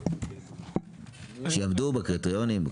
שיעמדו בקריטריונים?